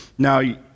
Now